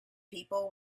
people